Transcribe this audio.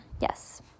yes